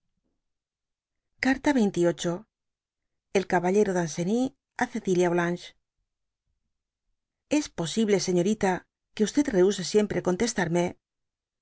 carta xxvm el caballero danceny á cecilia folanges jjis posible señorita que rehuse siempre contestarme